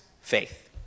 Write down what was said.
faith